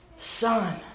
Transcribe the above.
son